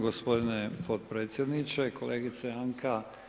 Gospodine potpredsjedniče, kolegice Anka.